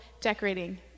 decorating